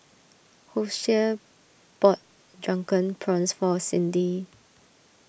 Hosea bought Drunken Prawns for Cindi